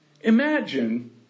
Imagine